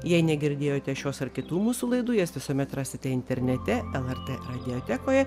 jei negirdėjote šios ar kitų mūsų laidų jas visuomet rasite internete lrt radiotekoje